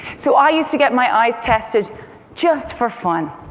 so i used to get my eyes tested just for fun.